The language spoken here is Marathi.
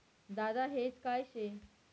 दादा हेज काय शे?